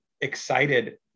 excited